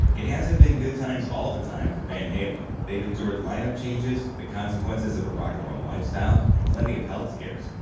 it hasn't been good times all the time for van halen. they've endured lineup changes, the consequences of a rock n and roll lifestyle, and plenty of health scares.